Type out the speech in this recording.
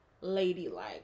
ladylike